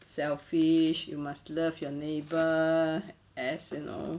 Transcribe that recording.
selfish you must love your neighbours as and all